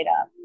up